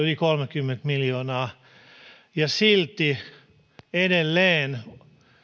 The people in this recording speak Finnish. yli kolmekymmentä miljoonaa ja silti edelleen